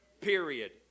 Period